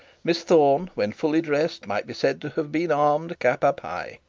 miss thorne when fully dressed might be said to have been armed cap-a-pie,